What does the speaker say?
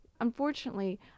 unfortunately